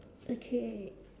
okay